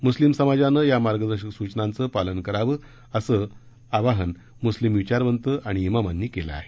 मुस्लिम समाजानं या मार्गदर्शक सूचनांचं पालन करावं असं मुस्लिम विचारवंत आणि मिमांनी केलं आहे